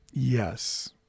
Yes